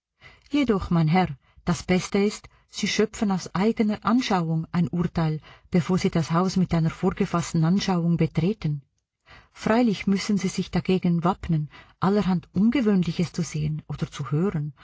jedoch mein herr das beste ist sie schöpfen aus eigener anschauung ein urteil bevor sie das haus mit einer vorgefaßten anschauung betreten freilich müssen sie sich dagegen wappnen allerhand ungewöhnliches zu sehen oder zu hören